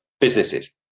businesses